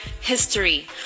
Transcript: history